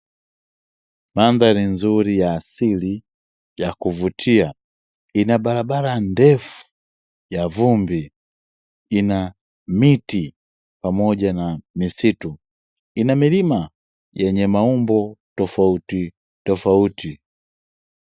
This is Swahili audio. Mandhari nzuri ya asili ya kuvutia ina barabara ndefu ya vumbi, ina miti pamoja na misitu, ina milima yenye maumbo tofautitofauti.